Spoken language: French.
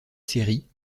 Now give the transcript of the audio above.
série